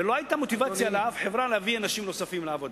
ולא היתה מוטיבציה לשום חברה להביא אנשים נוספים לעבודה.